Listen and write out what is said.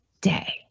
day